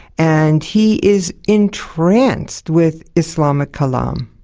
and he is entranced with islamic kalam.